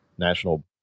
National